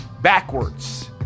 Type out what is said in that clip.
backwards